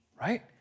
right